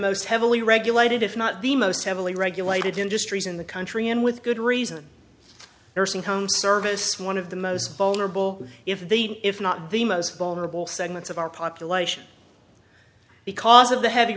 most heavily regulated if not the most heavily regulated industries in the country and with good reason nursing home service one of the most vulnerable if the if not the most vulnerable segments of our population because of the heavy